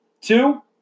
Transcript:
Two